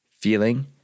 feeling